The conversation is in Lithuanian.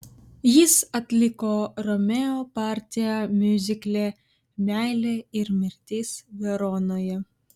jis atliko romeo partiją miuzikle meilė ir mirtis veronoje